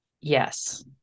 Yes